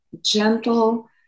gentle